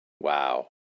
Wow